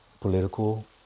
political